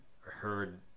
heard